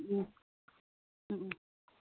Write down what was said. ꯎꯝ ꯎꯝ ꯎꯝ